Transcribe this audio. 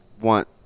want